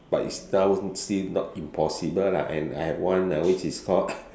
but is now seem not impossible lah and I have one which is called